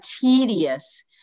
tedious